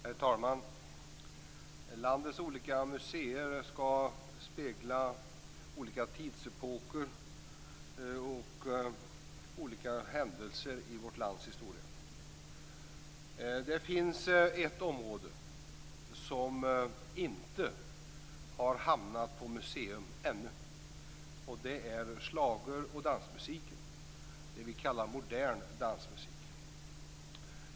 Herr talman! Landets olika museer skall spegla olika tidsepoker och olika händelser i vårt lands historia. Det finns ett område som inte har hamnat på museum ännu. Det är schlager och dansmusiken, dvs. det som vi kallar för modern dansmusik.